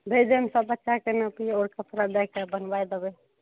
भेज देब सब बच्चाके नाँपी और कपड़ा दाएकए बनबाय देबै